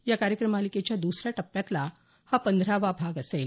या कार्यक्रम मालिकेच्या दुसऱ्या टप्प्यातला हा पंधरावा भाग असेल